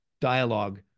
dialogue